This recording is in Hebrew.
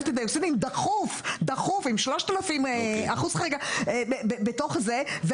את ה- -- דחוף עם 3,000% חריגה בתוך זה.